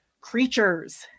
Creatures